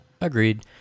Agreed